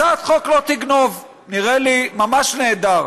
הצעת חוק "לא תגנוב" נראה לי ממש נהדר.